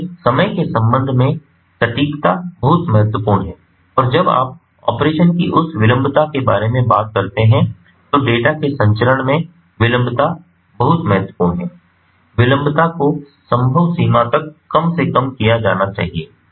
इसलिए समय के संबंध में सटीकता बहुत महत्वपूर्ण है और जब आप ऑपरेशन की उस विलंबता के बारे में बात करते हैं तो डेटा के संचरण में विलंबता बहुत महत्वपूर्ण है विलंबता को संभव सीमा तक कम से कम किया जाना है